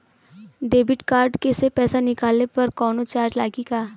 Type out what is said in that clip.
Debit card से पैसा निकलले पर कौनो चार्ज लागि का?